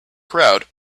crowd